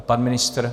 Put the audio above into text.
Pan ministr?